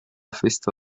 festa